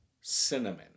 cinnamon